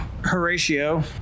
Horatio